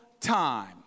time